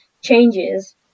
changes